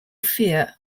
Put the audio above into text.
fear